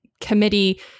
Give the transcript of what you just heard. committee